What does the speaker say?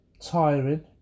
tiring